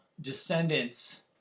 descendants